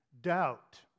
doubt